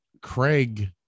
Craig